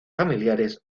familiares